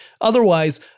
Otherwise